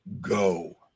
Go